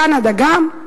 קנדה גם.